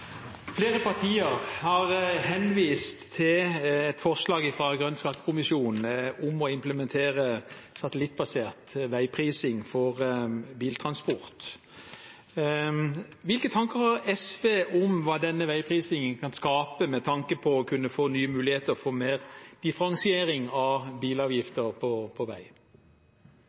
Flere partier har henvist til forslaget fra Grønn skattekommisjon om å implementere satellittbasert veiprising for biltransport. Hvilke tanker har SV om hva denne veiprisingen kan skape med tanke på nye muligheter for mer differensiering av bilavgifter på vei?